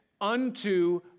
unto